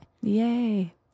Yay